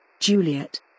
Juliet